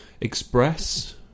express